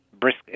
brisk